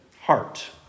heart